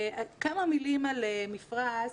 כמה מילים על "מפרש",